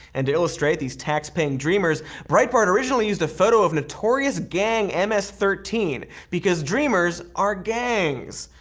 and to illustrate these tax-paying dreamers, breitbart originally used a photo of notorious gang ms thirteen. because dreamers are gangs.